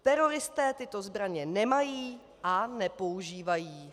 Teroristé tyto zbraně nemají a nepoužívají.